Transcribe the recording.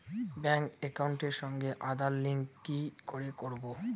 Bank একাউন্টের সঙ্গে Aadhaar link কি করে করবো?